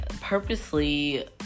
purposely